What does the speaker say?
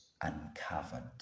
uncovered